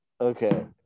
Okay